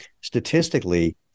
Statistically